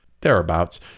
Thereabouts